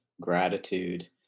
gratitude